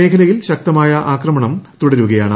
മേഖലയിൽ ശക്തമായ ആക്രമണം തുടരുകയാണ്